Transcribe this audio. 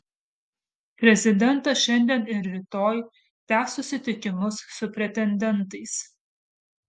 prezidentas šiandien ir rytoj tęs susitikimus su pretendentais